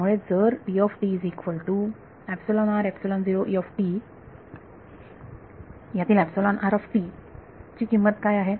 त्यामुळे जर यातील ची किंमत काय आहे